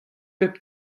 pep